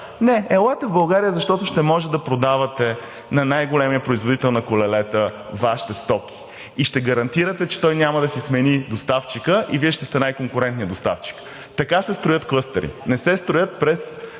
не. Елате в България, защото ще може да продавате на най-големия производител на колелета Вашите стоки и ще гарантирате, че той няма да си смени доставчика и Вие ще сте най-конкурентният доставчик. Така се строят клъстери. Не се строят през